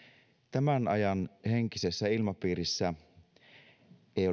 tämän ajan henkisessä ilmapiirissä ei